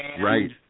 Right